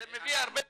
זה מביא הרבה פריוד.